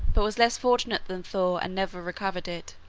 but was less fortunate than thor and never recovered it.